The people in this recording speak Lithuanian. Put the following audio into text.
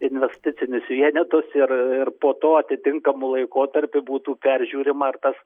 investicinius vienetus ir ir po to atitinkamu laikotarpiu būtų peržiūrima ar tas